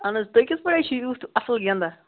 اہن حظ تُہۍ کِتھٕ پٲٹھۍ حظ چھِ یُتھ اَصٕل گِنٛدان